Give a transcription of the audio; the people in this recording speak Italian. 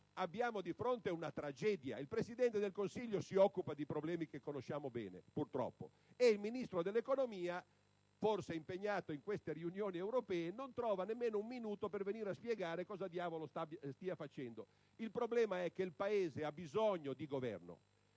abbiamo di fronte una tragedia. Il Presidente del Consiglio si occupa dei problemi che conosciamo bene, purtroppo, e il Ministro dell'economia, forse impegnato in queste riunioni europee, non trova nemmeno un minuto per venire a spiegare cosa diavolo stia facendo. Il problema è che il Paese ha bisogno di governo.